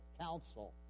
counsel